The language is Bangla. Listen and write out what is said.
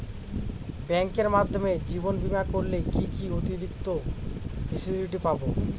ব্যাংকের মাধ্যমে জীবন বীমা করলে কি কি অতিরিক্ত ফেসিলিটি পাব?